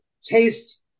taste